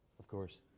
of course